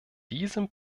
diesem